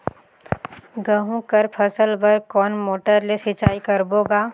गहूं कर फसल बर कोन मोटर ले सिंचाई करबो गा?